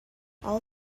all